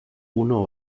uno